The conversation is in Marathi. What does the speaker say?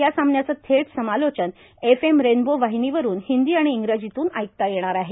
या सामन्याचं थेट समालोचन एफएम रेनबो वाहिनीवरून हिंदी आणि इंग्रजीतून ऐकता येणार आहे